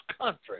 country